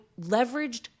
leveraged